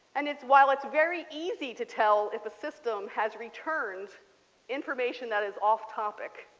and it's while it's very easy to tell if a system has returned information that is off topic,